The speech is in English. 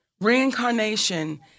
Reincarnation